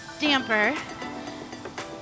damper